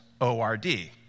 O-R-D